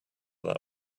that